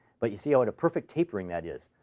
but you see what a perfect tapering that is.